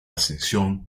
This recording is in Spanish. ascensión